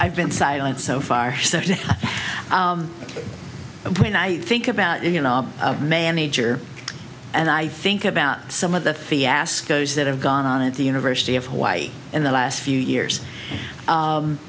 i've been silent so far and when i think about you know a manager and i think about some of the fiascos that have gone on at the university of hawaii in the last few years